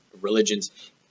religions